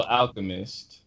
alchemist